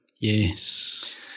Yes